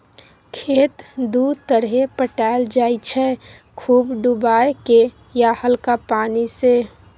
खेत दु तरहे पटाएल जाइ छै खुब डुबाए केँ या हल्का पानि सँ